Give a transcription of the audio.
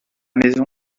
maison